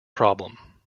problem